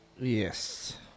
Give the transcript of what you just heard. Yes